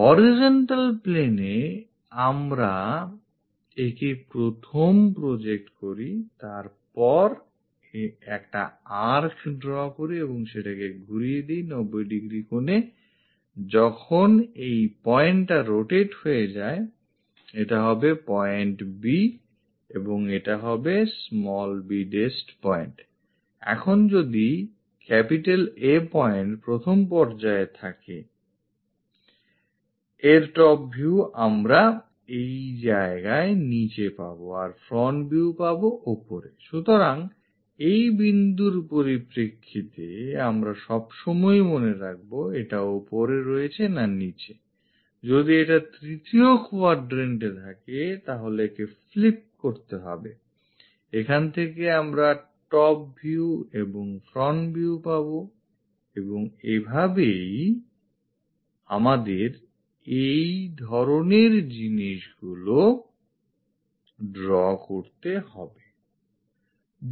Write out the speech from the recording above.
Horizontal planeএ আমরা একে প্রথম project করি তারপর একটা arc ড্র করি এবং সেটাকে ঘুরিয়ে দেই 90 ডিগ্রি কোণেI যখন এই pointটা rotate হয়ে যায় এটা হবে point b এবং এটা হবেb' point I এখন যদি A point প্রথম পর্যায়ে থাকে এর top view আমরা এই জায়গায় নিচে পাব আর front view পাব ওপরেI সুতরাং এই বিন্দুর পরিপ্রেক্ষিতে আমরা সবসময়ই মনে রাখব এটা ওপরে রয়েছে না নিচেI যদি এটা তৃতীয় quadrantএ থাকে তাহলে একে flip করতেI এখান থেকে আমরা top view এবং front view পাব এবং এভাবেই আমাদের এই ধরনের জিনিসগুলো draw করতে হবেI